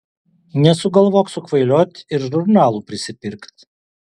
nesugalvok sukvailiot ir žurnalų prisipirkt